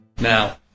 Now